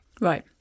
Right